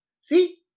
See